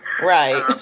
Right